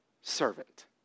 servant